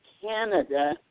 Canada